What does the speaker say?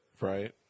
Right